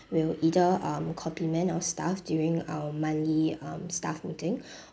we'll either um compliment our staff during our monthly um staff meeting